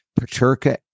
Paterka